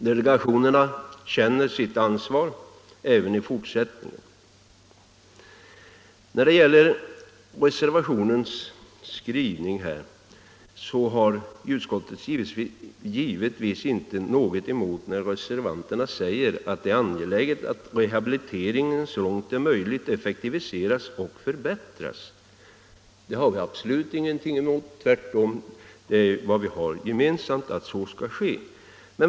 Delegationerna känner sitt ansvar även i fortsättningen. När det gäller reservationens skrivning har utskottet givetvis inte något emot att reservanterna säger att det är angeläget att reabiliteringen så långt det är möjligt effektiviseras och förbättras. Det har vi absolut ingenting emot, tvärtom är det vad vi har gemensamt.